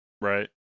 Right